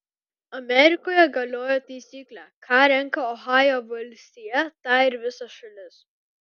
amerikoje galioja taisyklė ką renka ohajo valstija tą ir visa šalis